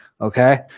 Okay